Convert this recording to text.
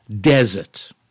desert